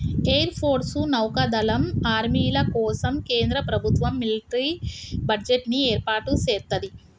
air force, నౌకా దళం, ఆర్మీల కోసం కేంద్ర ప్రభుత్వం మిలిటరీ బడ్జెట్ ని ఏర్పాటు సేత్తది